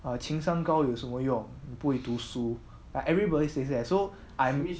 ah 情商高有什么用你不会读书 like everybody says that so I mean